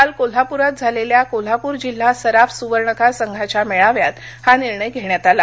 काल कोल्हापूरात झालेल्या कोल्हापूर जिल्हा सराफ सुवर्णकार संघाच्या मेळाव्यात हा निर्णय घेण्यात आला